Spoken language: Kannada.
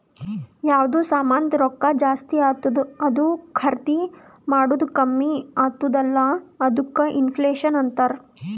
ಯಾವ್ದು ಸಾಮಾಂದ್ ರೊಕ್ಕಾ ಜಾಸ್ತಿ ಆತ್ತುದ್ ಅದೂ ಖರ್ದಿ ಮಾಡದ್ದು ಕಮ್ಮಿ ಆತ್ತುದ್ ಅಲ್ಲಾ ಅದ್ದುಕ ಇನ್ಫ್ಲೇಷನ್ ಅಂತಾರ್